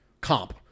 comp